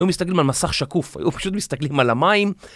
היו מסתכלים על מסך שקוף, היו פשוט מסתכלים על המים.